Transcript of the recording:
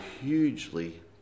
hugely